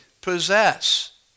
possess